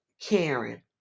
Karen